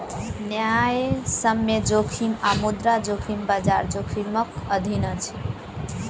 न्यायसम्य जोखिम आ मुद्रा जोखिम, बजार जोखिमक अधीन अछि